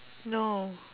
no